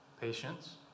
patience